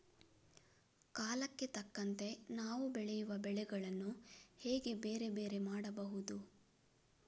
ಕಾಲಕ್ಕೆ ತಕ್ಕಂತೆ ನಾವು ಬೆಳೆಯುವ ಬೆಳೆಗಳನ್ನು ಹೇಗೆ ಬೇರೆ ಬೇರೆ ಮಾಡಬಹುದು?